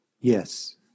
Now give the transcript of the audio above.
yes